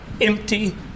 empty